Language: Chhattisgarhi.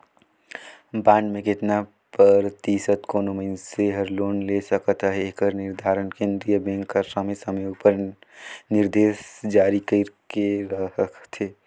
बांड में केतना परतिसत कोनो मइनसे हर लोन ले सकत अहे एकर निरधारन केन्द्रीय बेंक हर समे समे उपर निरदेस जारी कइर के रखथे